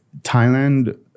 Thailand